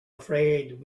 afraid